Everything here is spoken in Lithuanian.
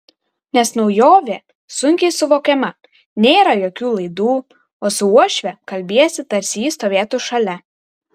nes naujovė sunkiai suvokiama nėra jokių laidų o su uošve kalbiesi tarsi ji stovėtų šalia